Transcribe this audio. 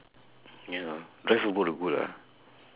ya drive over the boat lah